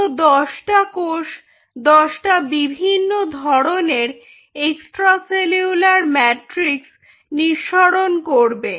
আরো দশটা কোষ দশটা বিভিন্ন ধরনের এক্সট্রা সেলুলার ম্যাট্রিক্স নিঃসরণ করবে